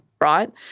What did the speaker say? right